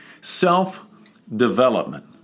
self-development